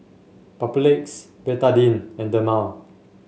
Papulex Betadine and Dermale